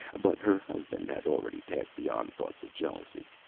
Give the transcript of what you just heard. but her husband had already passed beyond thoughts of jealousy.